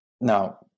now